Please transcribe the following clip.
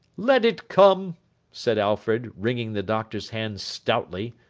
let it come said alfred, wringing the doctor's hand stoutly.